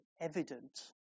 evident